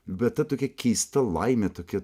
bet tokia keista laimė tokia